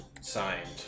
Signed